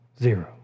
Zero